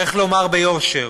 צריך לומר ביושר,